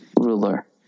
ruler